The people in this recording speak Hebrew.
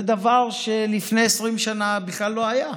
זה דבר שלפני 20 שנה בכלל לא היה,